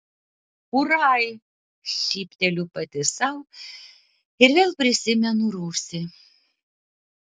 ūrai šypteliu pati sau ir vėl prisimenu rūsį